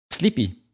Sleepy